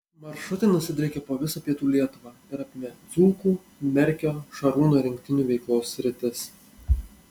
maršrutai nusidriekė po visą pietų lietuvą ir apėmė dzūkų merkio šarūno rinktinių veiklos sritis